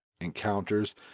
encounters